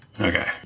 Okay